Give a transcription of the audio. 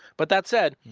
but that said,